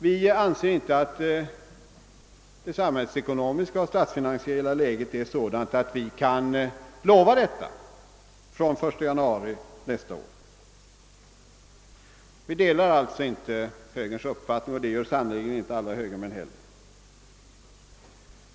Vi anser inte att det samhällsekonomiska och statsfinansiella läget är sådant att vi kan lova en sådan skattesänkning från 1 januari nästa år. Vi delar alltså inte högerns uppfattning och det gör sannerligen inte heller alla högermän.